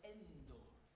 Endor